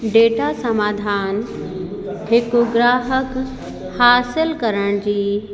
data समाधान हिकु ग्राहक हासिल करण जी